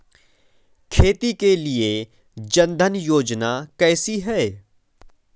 खेती के लिए जन धन योजना कैसी है?